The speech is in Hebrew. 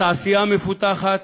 התעשייה המפותחת